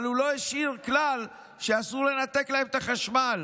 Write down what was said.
אבל הוא לא השאיר כלל שאסור לנתק להם את החשמל.